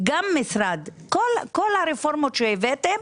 בכל הרפורמות שהבאתם,